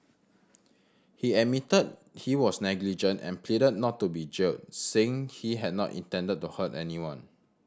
he admitted he was negligent and pleaded not to be jailed saying he had not intended to hurt anyone